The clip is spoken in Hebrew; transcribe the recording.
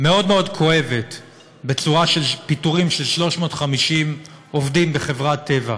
מאוד מאוד כואבת בצורת פיטורים של 350 עובדים בחברת טבע,